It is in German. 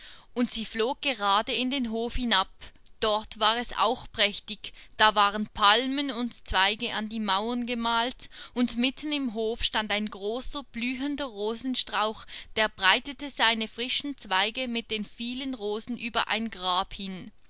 und sie flog gerade in den hof hinab dort war es auch prächtig da waren palmen und zweige an die mauern gemalt und mitten im hof stand ein großer blühender rosenstrauch der breitete seine frischen zweige mit den vielen rosen über ein grab hin